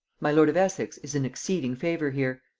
my lord of essex is in exceeding favor here.